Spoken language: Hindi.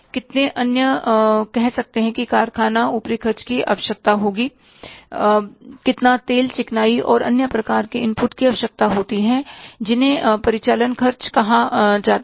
कितने अन्य कहीं कह सकते हैं कि कारखाना ऊपरी खर्च की आवश्यकता होगी कितना तेल चिकनाई और अन्य प्रकार के इनपुट की आवश्यकता होती है जिन्हें परिचालन खर्च कहा जाता है